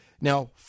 Now